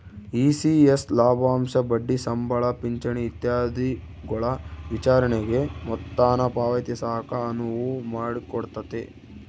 ECS ಲಾಭಾಂಶ ಬಡ್ಡಿ ಸಂಬಳ ಪಿಂಚಣಿ ಇತ್ಯಾದಿಗುಳ ವಿತರಣೆಗೆ ಮೊತ್ತಾನ ಪಾವತಿಸಾಕ ಅನುವು ಮಾಡಿಕೊಡ್ತತೆ